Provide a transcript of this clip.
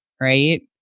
right